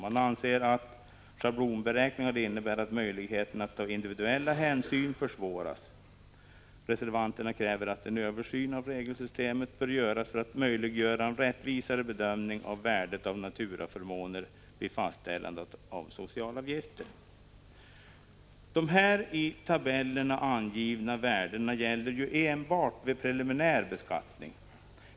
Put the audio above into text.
Man anser att schablonberäkningar innebär att möjligheterna att ta individuella hänsyn försvåras. Reservanterna kräver att en översyn av regelsystemet bör göras för att möjliggöra en rättvisare bedömning av värdet av naturaförmåner vid fastställande av socialavgifter. De i tabellerna angivna värdena gäller enbart vid preliminär beskattning.